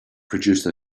produce